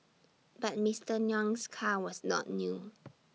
but Mister Nguyen's car was not new